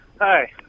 Hi